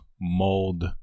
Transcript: mold